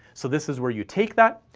so this is where you take that,